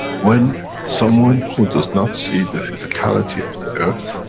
when someone who does not see the physicality of the earth,